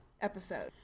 episode